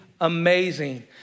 amazing